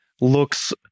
looks